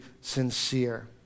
sincere